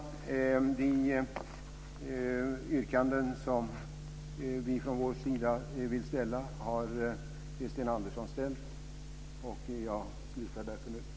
Det yrkanden som vi från vår sida vill ställa har Sten Andersson ställt. Jag slutar därför nu.